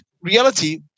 reality